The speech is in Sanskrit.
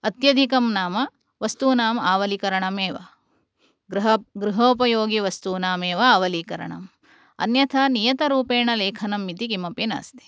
अत्यधिकं नाम वस्तूनाम् आवलिकरणम् एव गृह गृहोपयोगिवस्तूनामेव आवलीकरणम् अन्यथा नियतरूपेण लेखनमिति किमपि नास्ति